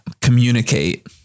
communicate